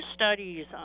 studies